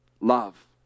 love